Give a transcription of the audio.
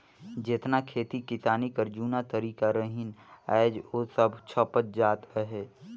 जेतना खेती किसानी कर जूना तरीका रहिन आएज ओ सब छपत जात अहे